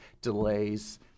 delays